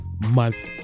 month